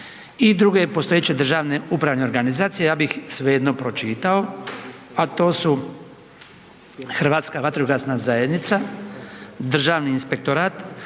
i druge postojeće državne upravne organizacije, ja bih svejedno pročitao, a to su: Hrvatska vatrogasna zajednica, Državni inspektorat,